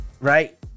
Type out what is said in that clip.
right